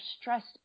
stressed